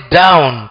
down